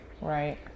Right